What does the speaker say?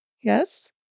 yes